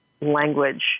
language